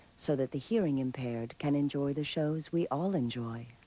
so that the hearing impaired can enjoy the shows we all enjoy.